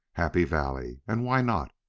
happy valley and why not?